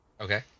Okay